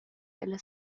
ella